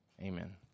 Amen